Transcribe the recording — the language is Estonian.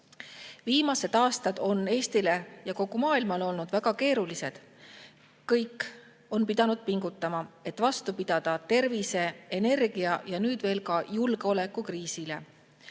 Viimased aastad on Eestile ja kogu maailmale olnud väga keerulised. Kõik on pidanud pingutama, et tervise‑, energia‑ ja nüüd ka julgeolekukriisis